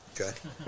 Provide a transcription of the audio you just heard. Okay